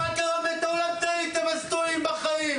טעיתם, אז טועים בחיים.